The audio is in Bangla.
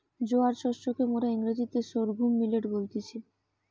জোয়ার শস্যকে মোরা ইংরেজিতে সর্ঘুম মিলেট বলতেছি